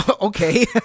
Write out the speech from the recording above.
Okay